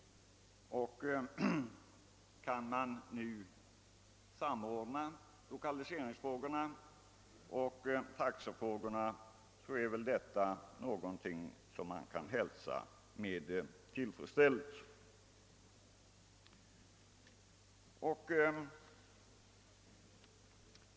Kan man nu samordna lokaliseringsfrågorna och taxefrågorna, är det någonting som vi hälsar med tillfredsställelse.